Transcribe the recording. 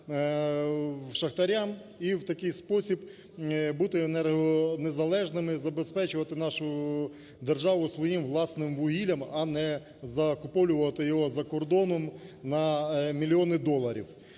шахтарям і в такий спосіб бути енергонезалежними, забезпечувати нашу державу своїм власним вугіллям, а не закуповувати його за кордоном на мільйони доларів.